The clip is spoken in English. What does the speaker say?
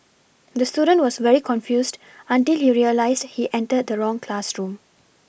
the student was very confused until he realised he entered the wrong classroom